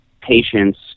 patients